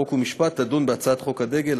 חוק ומשפט תדון בהצעת חוק הדגל,